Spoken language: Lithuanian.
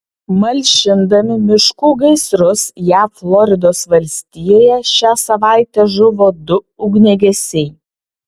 malšindami miškų gaisrus jav floridos valstijoje šią savaitę žuvo du ugniagesiai